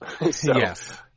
yes